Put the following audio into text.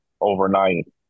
overnight